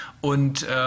und